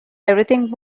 everything